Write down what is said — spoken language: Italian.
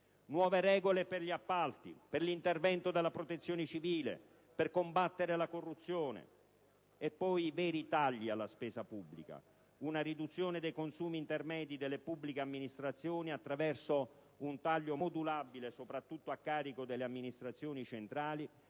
nuove regole per gli appalti e per l'intervento della Protezione civile, nonché per combattere la corruzione. Per operare veri tagli alla spesa pubblica, proponiamo: una riduzione dei consumi intermedi delle pubbliche amministrazioni, attraverso un taglio modulabile, soprattutto a carico delle amministrazioni centrali,